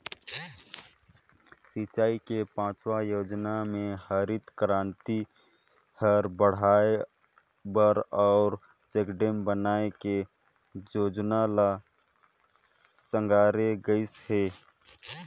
सिंचई के पाँचवा योजना मे हरित करांति हर बड़हाए बर अउ चेकडेम बनाए के जोजना ल संघारे गइस हे